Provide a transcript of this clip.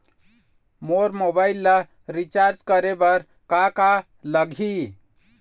मोर mobile ला recharge करे बर का का लगही?